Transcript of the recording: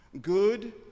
good